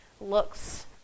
looks